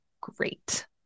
great